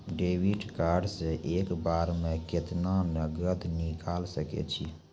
Debit card से एक बार मे केतना नगद निकाल सके छी?